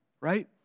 right